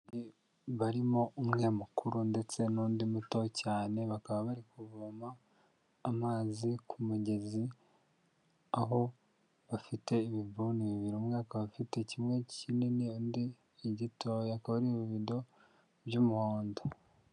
Barimo umwe mukuru ndetse n'undi muto cyane bakaba bari kuvoma amazi ku mugezi aho bafite ibibuni bibiri, umwe akaba afite kimwe kinini undi gitoya akaba ari ibibido by'umuhondo.